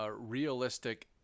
realistic